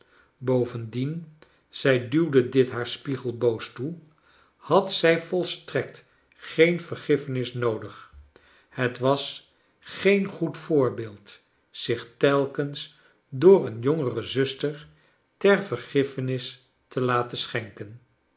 bovendien zij duwde dit haar spiegel boos toe had zij volstrekt geen vergiffenis noodig het was geen goed voorbeeld zich telkens door een jongere zuster vergiffenis te laten schenken